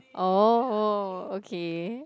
orh okay